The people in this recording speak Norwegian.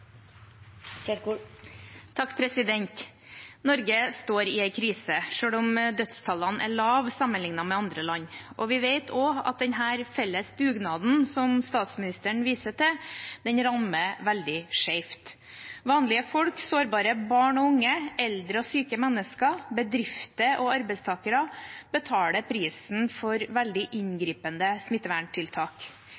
med andre land. Vi vet også at denne felles dugnaden som statsministeren viser til, rammer veldig skjevt. Vanlige folk, sårbare barn og unge, eldre og syke mennesker, bedrifter og arbeidstakere betaler prisen for veldig